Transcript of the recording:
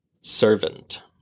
Servant